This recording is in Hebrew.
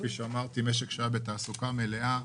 - משק שהיה בתעסוקה מלאה,